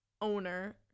owner